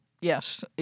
Yes